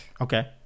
Okay